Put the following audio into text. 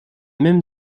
même